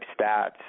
stats